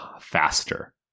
faster